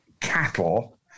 cattle